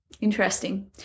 interesting